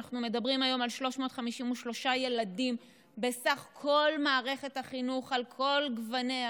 אנחנו מדברים היום על 353 בסך הכול במערכת החינוך על כל גווניה,